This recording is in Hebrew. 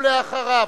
ואחריו,